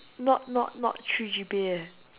not not not three G_P_A eh